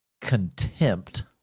contempt